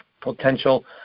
potential